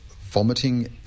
vomiting